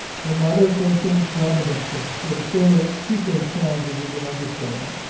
her mother, facing drug addiction so to say that she face challenges is an understatement.